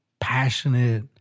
passionate